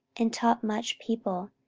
and taught much people.